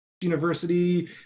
university